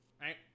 Right